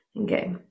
Okay